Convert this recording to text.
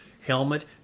helmet